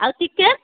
ଆଉ ଚିକେନ୍